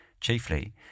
chiefly